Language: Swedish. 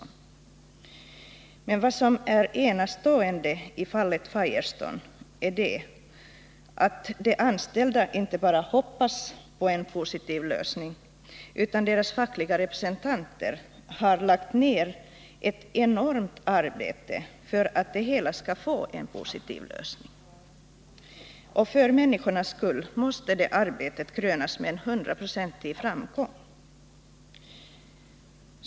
Men vad som är enastående i fallet Firestone är att de anställda inte bara hoppas på en positiv lösning utan att deras fackliga representanter har lagt ner ett enormt arbete för att det hela skall få en positiv lösning. Och för människornas skull måste det arbetet krönas med en hundraprocentig framgång.